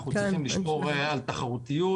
אנחנו צריכים לשמור על תחרותיות.